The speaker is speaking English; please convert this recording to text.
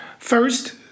First